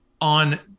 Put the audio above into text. on